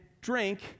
drink